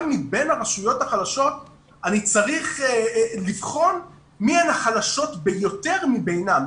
גם מבין הרשויות החלשות אני צריך לבחון מי הן החלשות ביותר מבינן.